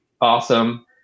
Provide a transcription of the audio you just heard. awesome